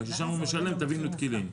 שם הוא משלם טבין ותקילין.